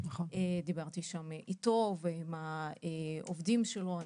דיברתי שם איתו ועם העובדים שלו.